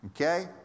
okay